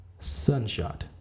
Sunshot